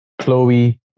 Chloe